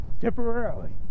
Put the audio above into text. temporarily